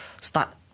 Start